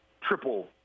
triple